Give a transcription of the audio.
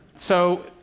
so,